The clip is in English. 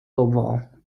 war